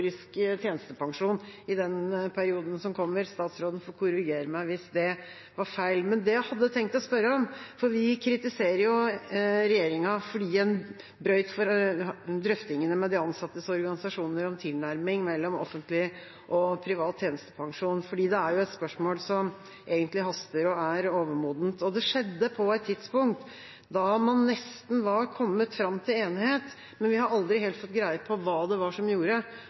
tjenestepensjon i den perioden som kommer. Statsråden får korrigere meg hvis det er feil. Vi kritiserer regjeringa fordi man brøt drøftingene med de ansattes organisasjoner om tilnærming mellom offentlig og privat tjenestepensjon, for det er et spørsmål som egentlig haster, og som er overmodent. Det skjedde på et tidspunkt da man nesten var kommet fram til enighet, men vi har aldri helt fått greie på hva det var som gjorde